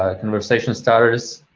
ah conversation starters,